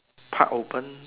park open